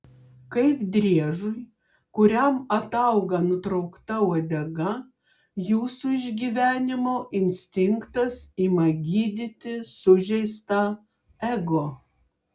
kaip driežui kuriam atauga nutraukta uodega jūsų išgyvenimo instinktas ima gydyti sužeistą ego